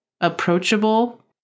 approachable